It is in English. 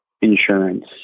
insurance